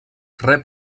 rep